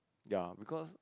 ya because